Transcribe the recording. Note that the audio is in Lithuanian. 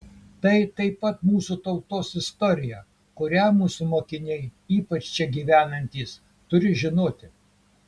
tai taip pat mūsų tautos istorija kurią mūsų mokiniai ypač čia gyvenantys turi žinoti